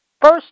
First